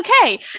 Okay